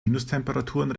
minustemperaturen